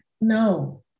no